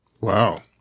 Wow